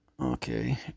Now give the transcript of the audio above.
Okay